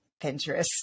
Pinterest